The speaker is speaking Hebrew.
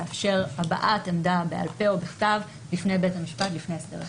לאפשר הבעת עמדה בעל פה או בכתב לפני בית המשפט לפני הסדר טיעון.